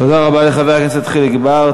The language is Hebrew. תודה רבה לחבר הכנסת חיליק בר.